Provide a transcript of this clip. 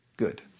good